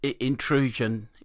intrusion